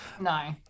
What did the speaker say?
No